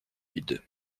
vides